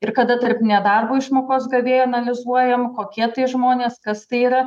ir kada tarp nedarbo išmokos gavėjų analizuojam kokie tai žmonės kas tai yra